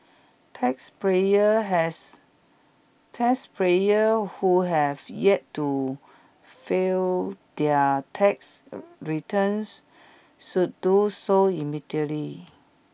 taxpayers has taxpayers who have yet to file their tax returns should do so immediately